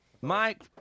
Mike